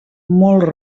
molt